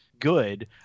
good